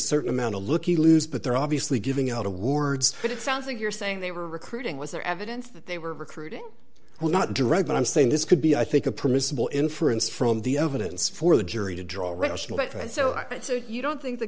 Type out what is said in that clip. certain amount of looking lose but there are obviously giving out awards but it sounds like you're saying they were recruiting was there evidence that they were recruiting well not direct but i'm saying this could be i think a permissible inference from the evidence for the jury to draw rational but right so you don't think the